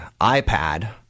iPad